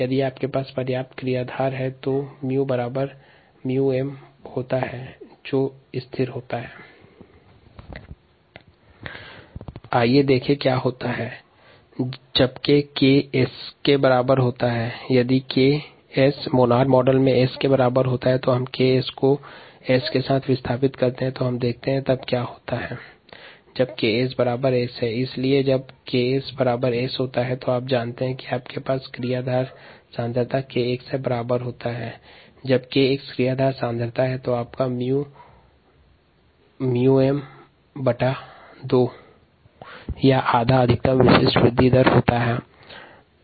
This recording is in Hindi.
यदि मोनोड मॉडल के अंतर्गत 𝐾𝑆 S के बराबर होता है इसलिए 𝐾𝑆 को S के साथ प्रतिस्थापित करते हैं mSKSSmSSSmS2Sm2 यदि क्रियाधार सांद्रता 𝐾𝑆 के बराबर होता है तब 𝜇 𝜇𝑚 2 या अधिकतम विशिष्ट वृद्धि दर का आधा होता है